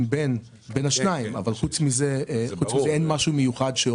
בין השניים אבל חוץ מזה אין משהו מיוחד.